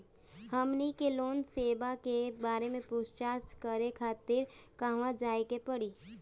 हमनी के लोन सेबा के बारे में पूछताछ करे खातिर कहवा जाए के पड़ी?